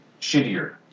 shittier